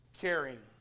caring